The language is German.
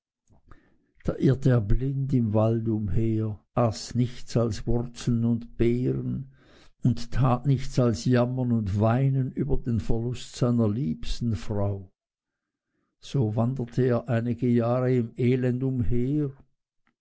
da irrte er blind im walde umher aß nichts als wurzeln und beeren und tat nichts als jammern und weinen über den verlust seiner liebsten frau so wanderte er einige jahre im elend umher